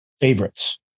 favorites